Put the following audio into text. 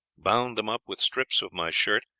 bound them up with strips of my shirt,